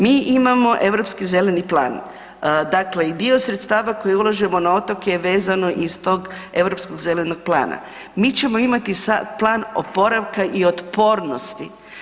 Mi imamo Europski zeleni plan i dio sredstava koje ulažemo na otoke je vezano iz tog Europskog zelenog plana, mi ćemo imati Plan oporavka i otpornosti.